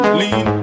lean